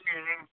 जी